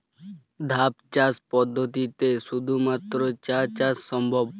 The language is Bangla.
ধাপ চাষ পদ্ধতিতে শুধুমাত্র চা চাষ সম্ভব?